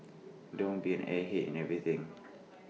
don't be an airhead in everything